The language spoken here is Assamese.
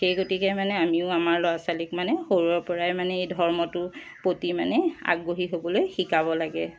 সেই গতিকে মানে আমিও আমাৰ ল'ৰা ছোৱালীক মানে সৰুৰে পৰাই মানে এই ধৰ্মটোৰ প্ৰতি মানে আগ্ৰহী হ'বলৈ শিকাব লাগে